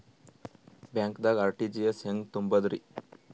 ಬ್ಯಾಂಕ್ದಾಗ ಆರ್.ಟಿ.ಜಿ.ಎಸ್ ಹೆಂಗ್ ತುಂಬಧ್ರಿ?